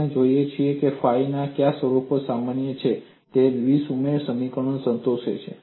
આપણે જોઈએ છીએ કે ફાઇ ના કયા સ્વરૂપો માન્ય છે કે તે દ્વિ સુમેળ સમીકરણને સંતોષે છે